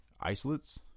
isolates